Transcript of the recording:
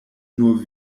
nur